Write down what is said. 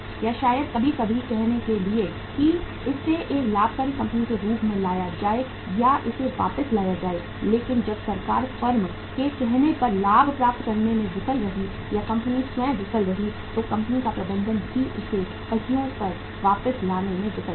या शायद कभी कभी कहने के लिए कि इसे एक लाभकारी कंपनी के रूप में लाया जाए या इसे वापस लाया जाए लेकिन जब सरकार फर्म के कहने पर लाभ प्राप्त करने में विफल रही या कंपनी स्वयं विफल रही तो कंपनी का प्रबंधन ही उसे पहियों पर वापस लाने में विफल रहा